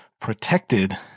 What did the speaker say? protected